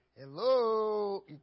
Hello